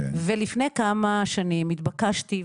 ולפני כמה שנים התבקשתי,